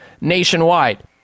nationwide